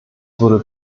würde